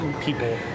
people